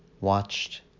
watched